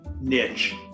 niche